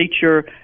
feature